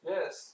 Yes